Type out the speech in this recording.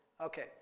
Okay